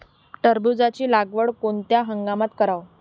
टरबूजाची लागवड कोनत्या हंगामात कराव?